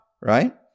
right